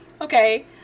Okay